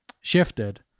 shifted